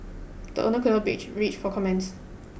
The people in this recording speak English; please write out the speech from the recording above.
the owners could not be reached for comment